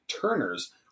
turners